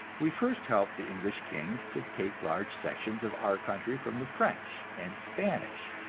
we first helped the english kings to take large sections of our country from the french and spanish,